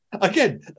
Again